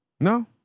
No